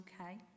Okay